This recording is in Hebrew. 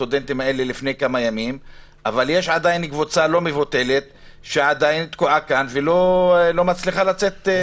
אבל יש עדיין קבוצה לא מבוטלת שתקועה כאן ולא מצליחה לטוס לאוקרינה.